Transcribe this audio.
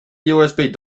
usb